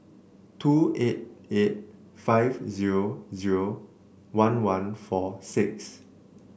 two eight eight five zero zero one one four six